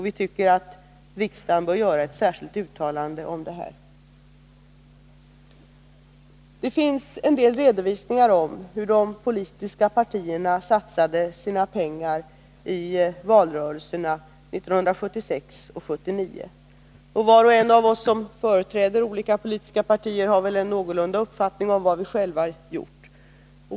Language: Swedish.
Vi tycker att riksdagen bör göra ett särskilt uttalande om detta. Det finns redovisningar av hur de politiska partierna satsade sina pengar i valrörelserna 1976 och 1979. Var och en av oss som företräder olika politiska partier har väl en uppfattning om vad vi själva har gjort.